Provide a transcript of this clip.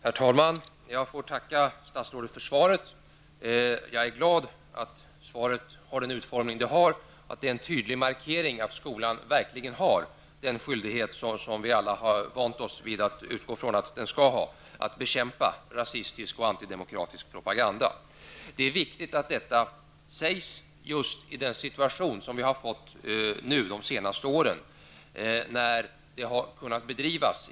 Herr talman! Jag ber att få tacka statsrådet för svaret. Jag är glad över att svaret har fått den utformning som det har fått. Det är en tydlig markering av att skolan verkligen har den skyldighet som vi alla har vant oss vid att den skall ha: att bekämpa rasistisk och antidemokratisk propaganda. Det är med tanke på den situation som har uppstått under de senaste åren viktigt att detta framhålls.